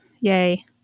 Yay